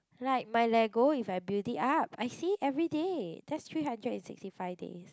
like my Lego if I build it up I see everyday just three hundred and sixty five day